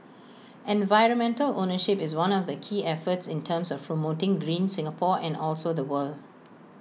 environmental ownership is one of the key efforts in terms of promoting green Singapore and also the world